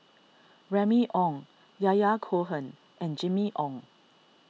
Remy Ong Yahya Cohen and Jimmy Ong